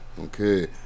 Okay